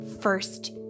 First